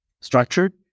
structured